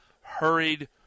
hurried